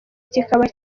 kikaba